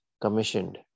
commissioned